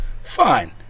Fine